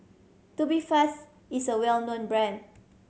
Tubifast is a well known brand